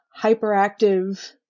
hyperactive